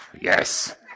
yes